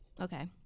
Okay